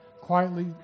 quietly